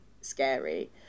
scary